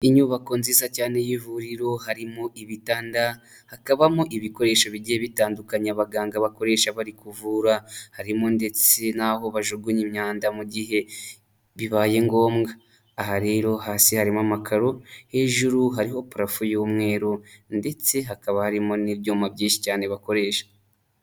Inyubako nziza cyane y'ivuriro harimo ibitanda, hakabamo ibikoresho bigiye bitandukanya abaganga bakoresha bari kuvura, harimo ndetse n'aho bajugunya imyanda mu gihe bibaye ngombwa, aha rero hasi harimo amakaro, hejuru hariho parafo y'umweru ndetse hakaba harimo n'ibyuma byinshi cyane bakoresha.